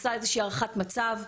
עושה איזושהי הערכת מצב,